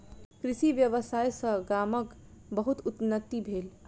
कृषि व्यवसाय सॅ गामक बहुत उन्नति भेल